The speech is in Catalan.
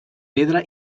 pedra